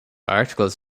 articles